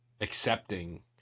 accepting